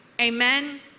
amen